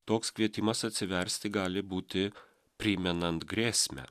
toks kvietimas atsiversti gali būti primenant grėsmę